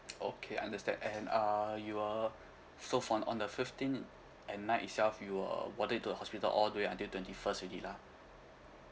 okay understand and uh you were so for on on the fifteenth at night itself you were warded into the hospital all the way until twenty first already lah